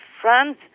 France